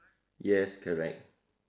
yes correct